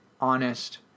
honest